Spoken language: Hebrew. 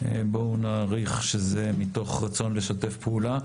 בואו נעריך שזה מתוך רצון לשתף פעולה.